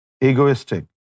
egoistic